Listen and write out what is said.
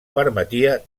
permetia